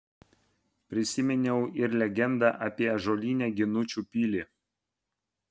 prisiminiau ir legendą apie ąžuolinę ginučių pilį